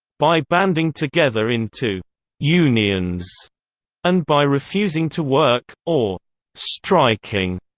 by banding together into unions and by refusing to work, or striking,